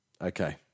Okay